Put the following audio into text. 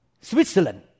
Switzerland